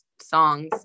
songs